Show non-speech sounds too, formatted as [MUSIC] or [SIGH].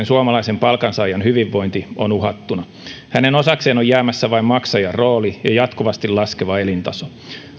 [UNINTELLIGIBLE] suomalaisen palkansaajan hyvinvointi on uhattuna hänen osakseen on jäämässä vain maksajan rooli ja jatkuvasti laskeva elintaso